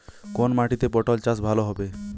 কোন মাটিতে পটল চাষ ভালো হবে?